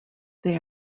they